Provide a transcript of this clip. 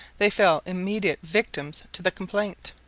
they fell immediate victims to the complaint.